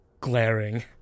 glaring